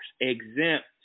exempt